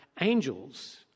angels